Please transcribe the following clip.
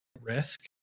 risk